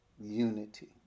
unity